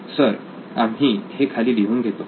sir आम्ही हे खाली काढून घेतो